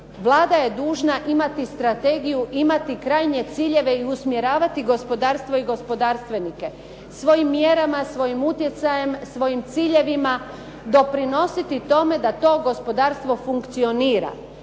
Vlada je dužna imati strategiju, imati krajnje ciljeve i usmjeravati gospodarstvo i gospodarstvenike svojim mjerama, svojim utjecajem, svojim ciljevima doprinositi tome da to gospodarstvo funkcionira.